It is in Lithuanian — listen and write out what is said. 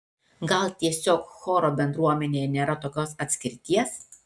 gal tiesiog choro bendruomenėje nėra tokios atskirties